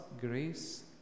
grace